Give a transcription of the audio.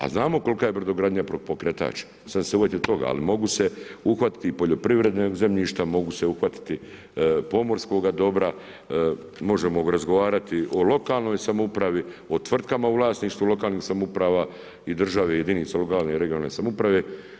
A znamo kolika je brodogradnja pokretač, sad sam se uhvatio toga, ali mogu se uhvatiti i poljoprivrednog zemljišta, mogu se uhvatiti pomorskoga dobra, možemo razgovarati o lokalnoj samoupravi o tvrtkama u vlasništvu lokalnih samouprava i država u jedinici lokalne i regionalne samouprave.